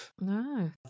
No